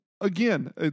again